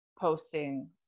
posting